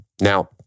Now